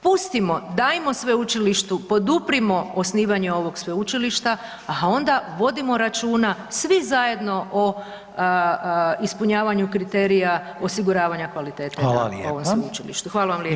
Pustimo, dajmo sveučilištu, poduprimo osnivanje ovog sveučilišta, a onda vodimo računa svi zajedno o ispunjavanju kriterija osiguravanja kvalitete ovom sveučilištu [[Upadica: Hvala lijepo]] Hvala vam lijepo.